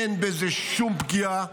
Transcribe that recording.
אין בזה שום פגיעה,